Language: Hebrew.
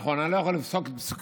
נכון, אני לא יכול לפסוק את פסוקך.